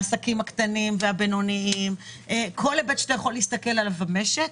העסקים הקטנים והבינוניים וכל היבט שאתה יכול להסתכל עליו במשק,